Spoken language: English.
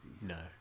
no